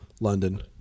London